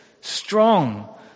strong